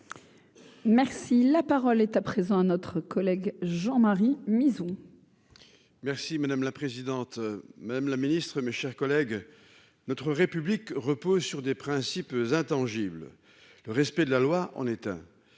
Merci, la parole est à présent à notre collègue Jean Marie misons. Merci madame la présidente, Madame la Ministre, mes chers collègues, notre République repose sur des principes intangibles, le respect de la loi en éteint